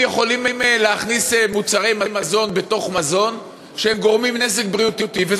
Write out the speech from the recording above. יכולים להכניס בתוך מזון מוצרי מזון שגורמים נזק בריאותי,